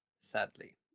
sadly